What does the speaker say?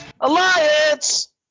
Alliance